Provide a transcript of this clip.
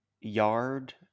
yard